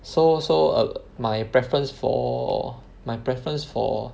so so err my preference for my preference for